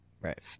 Right